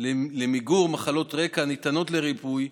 למיגור מחלות רקע הניתנות לריפוי,